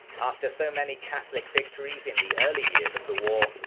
after so many catholic victories in the early years of the war,